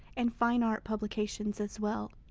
and fine art publications as well.